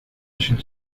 очень